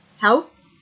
health